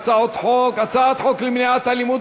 הצעת החוק של רועי פולקמן עברה בקריאה טרומית